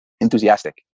enthusiastic